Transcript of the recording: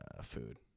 Food